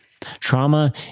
Trauma